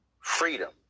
freedom